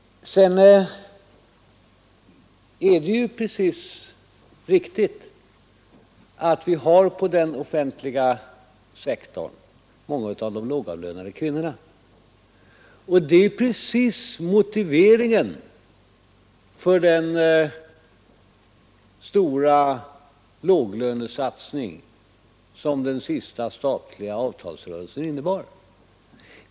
Det är alldeles riktigt att vi på den offentliga sektorn har många av de lågavlönade kvinnorna, och det är precis motiveringen för den stora låglönesatsning som den senaste statliga avtalsrörelsen innebar.